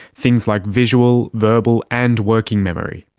things like visual, verbal and working memory.